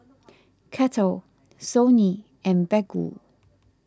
Kettle Sony and Baggu